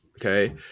Okay